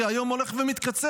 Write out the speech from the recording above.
כי היום הולך ומתקצר,